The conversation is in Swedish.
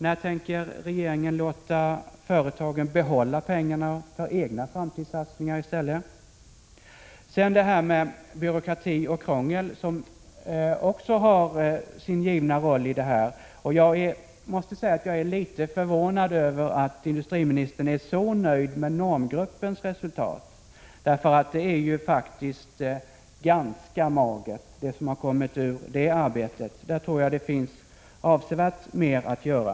När tänker regeringen låta företagen behålla pengarna och göra egna framtidssatsningar i stället? Byråkrati och krångel har också sin givna roll i detta sammanhang. Jag är litet förvånad över att industriministern är så nöjd med normgruppens resultat. Det som har kommit fram ur den gruppens arbete är ju ganska magert. Där tror jag att det finns avsevärt mer att göra.